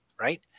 right